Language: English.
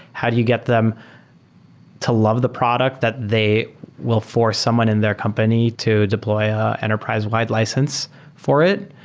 how do you get them to love the product that they will force someone in their company to deploy an enterprise-wide license for it?